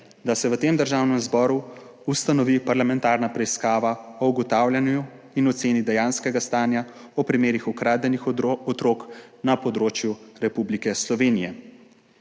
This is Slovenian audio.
da se v Državnem zboru ustanovi parlamentarna preiskava o ugotavljanju in oceni dejanskega stanja v primerih ukradenih otrok na področju Republike Slovenije.